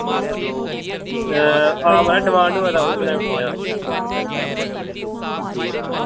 हां माराज डिमांड होऐ ते ओह् बी बनाई ओड़दे आं